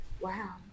Wow